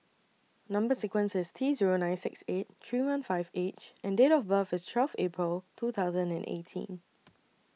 Number sequence IS T Zero nine six eight three one five H and Date of birth IS twelve April two thousand and eighteen